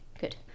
Good